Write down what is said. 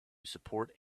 support